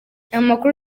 amakuru